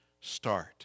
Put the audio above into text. start